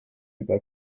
über